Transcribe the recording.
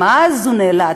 גם אז הוא נאלץ,